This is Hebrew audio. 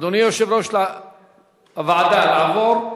אדוני יושב-ראש הוועדה, לעבור?